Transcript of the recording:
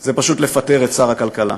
זה פשוט לפטר את שר הכלכלה.